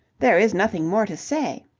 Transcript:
there is nothing more to say.